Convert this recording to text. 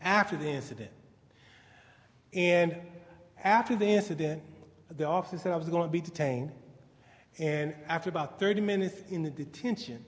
after the incident and after the incident the officer i was going to be detained and after about thirty minutes in the detention